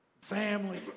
family